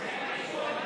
נא להחזיר את קיש למקום.